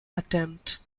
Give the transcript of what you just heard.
attempt